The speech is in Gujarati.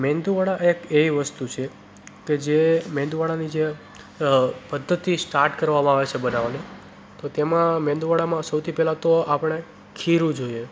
મેંદુવડાએ એક એવી વસ્તુ છે કે જે મેંદુવડાની જે પદ્ધતિ સ્ટાટ કરવામાં આવે છે બનાવવાની તો તેમાં મેંદુવડામાં સૌથી પહેલાં તો આપણે ખીરું જોઈએ